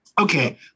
Okay